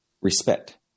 respect